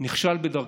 נכשל בדרכך,